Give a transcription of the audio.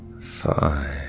Five